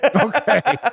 Okay